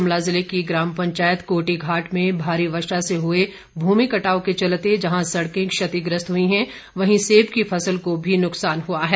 शिमला जिले की ग्राम पंचायत कोटीघाट में भारी बारिश से हुए भूमिकटाव के चलते जहां सड़कें क्षतिग्रस्त हुई हैं वहीं सेब की फसल को भी नुकसान पहुंचा है